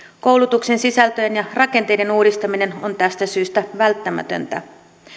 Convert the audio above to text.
koulutuksen sisältöjen ja rakenteiden uudistaminen on tästä syystä välttämätöntä